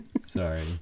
Sorry